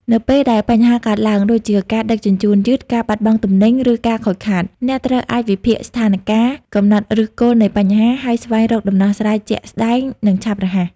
នៅពេលដែលបញ្ហាកើតឡើង (ដូចជាការដឹកជញ្ជូនយឺត ការបាត់បង់ទំនិញ ឬការខូចខាត) អ្នកត្រូវអាចវិភាគស្ថានការណ៍ កំណត់ឫសគល់នៃបញ្ហា ហើយស្វែងរកដំណោះស្រាយជាក់ស្តែង និងឆាប់រហ័ស។